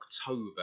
October